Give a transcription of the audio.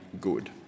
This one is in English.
good